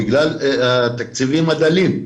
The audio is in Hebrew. בגלל התקציבים הדלים.